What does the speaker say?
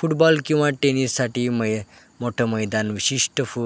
football किंवा टेनिससाठी मै मोठं मैदान विशिष्ट फ